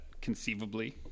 Conceivably